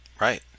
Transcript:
Right